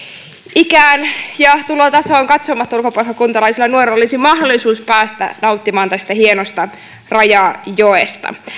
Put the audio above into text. ikään ja tulotasoon katsomatta ulkopaikkakuntalaisilla nuorilla olisi mahdollisuus päästä nauttimaan tästä hienosta rajajoesta